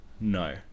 No